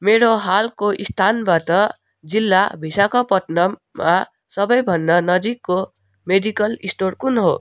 मेरो हालको स्थानबाट जिल्ला विशाखापट्टनममा सबैभन्दा नजिकको मेडिकल स्टोर कुन हो